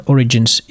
Origins